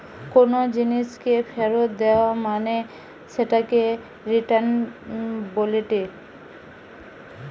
কোনো জিনিসকে ফেরত দেয়া মানে সেটাকে রিটার্ন বলেটে